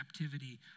captivity